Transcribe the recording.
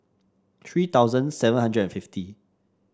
three thousand seven hundred fifty